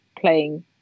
playing